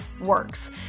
works